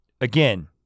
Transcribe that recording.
Again